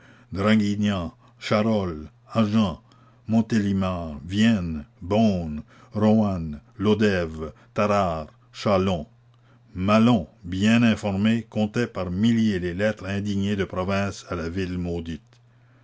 agen montélimar vienne beaune roanne lodève tarare châlons malon bien informé comptait par milliers les lettres indignées de province à la ville maudite